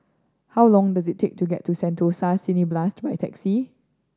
how long does it take to get to Sentosa Cineblast by taxi